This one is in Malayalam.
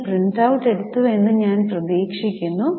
നിങ്ങൾ പ്രിന്റൌട്ട് എടുത്തു എന്ന് ഞാൻ പ്രതീക്ഷിക്കുന്നു